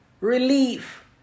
relief